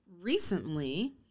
recently